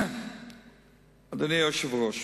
אדוני היושב-ראש,